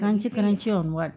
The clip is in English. crunchy crunchy on what